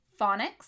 phonics